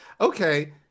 okay